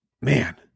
Man